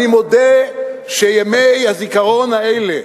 אני מודה שימי הזיכרון האלה,